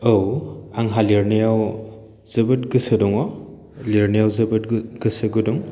औ आंहा लिरनायाव जोबोद गोसो दङ लिरनो जोबोद गोसो गुदुं